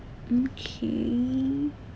okay